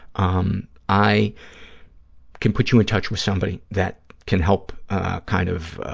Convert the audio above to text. um i can put you in touch with somebody that can help kind of